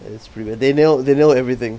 it's pretty bad they nailed they nailed everything